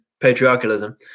patriarchalism